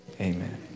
amen